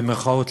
במירכאות,